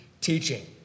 teaching